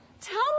tell